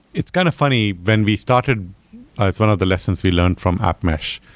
it's kind of funny. when we started it's one of the lessons we learned from app mesh.